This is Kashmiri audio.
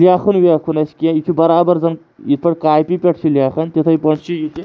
لیکھُن ویکھُن آسہِ کیںٛہہ یہِ چھُ برابر زَن یِتھ پٲٹھۍ کاپی پٮ۪ٹھ چھِ لیکھان تِتھَے پٲٹھۍ چھِ یِتہِ